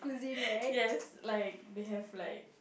yes like they have like